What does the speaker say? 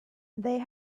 they